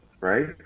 right